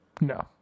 No